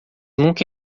nunca